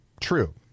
True